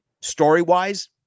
story-wise